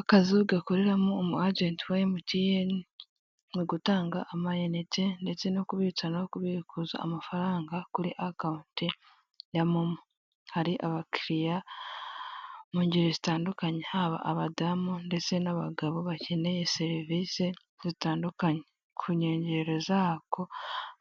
Akazu gakoreramo umu ajenti wa emutiyeni mu gutanga ama inite, ndetse no kubitsa no kubikuza amafaranga kuri akawunti ya momo hari abakiriya mu ngeri zitandukanye haba abadamu, ndetse n'abagabo bakeneye serivisi zitandukanye. ku nkengero zako